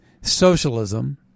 socialism